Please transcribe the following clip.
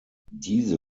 diese